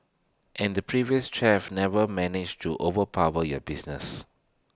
and the previous chef never managed to overpower your business